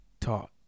taught